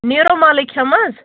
نیرومالٕے کھیٚمہٕ حظ